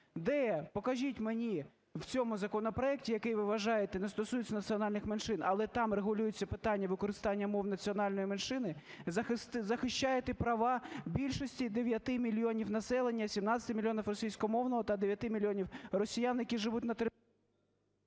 Де, покажіть мені в цьому законопроекті, який ви вважаєте не стосується національних меншин, але там регулюється питання використання мов національної меншини, захищаєте права більшості 9 мільйонів населення, 17 мільйонів російськомовного та 9 мільйонів росіян, які живуть на території…